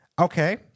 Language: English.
Okay